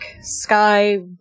sky